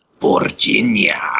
Virginia